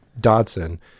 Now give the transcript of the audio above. Dodson